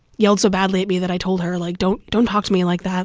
yelled so badly at me that i told her, like, don't don't talk to me like that.